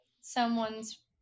someone's